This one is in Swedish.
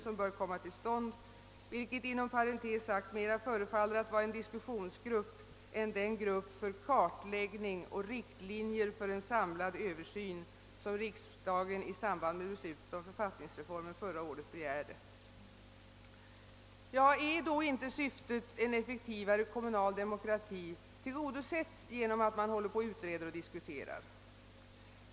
Inom parentes sagt förefaller detta mer att bli en diskussionsgrupp än den grupp för kartläggning och utarbetande av riktlinjer för en samlad översyn som riksdagen i samband med beslutet om författningsreformen förra året begärde. Är då inte syftet — en effektivare kommunal demokrati tillgodosett genom att man håller på att utreda och diskutera?